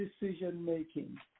decision-making